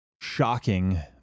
shocking